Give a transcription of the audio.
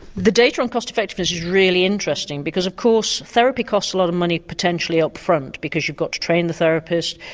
the data on cost effectiveness is really interesting because of course therapy costs a lot of money potentially up front because you've got to train the therapist,